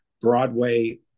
Broadway